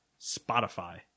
Spotify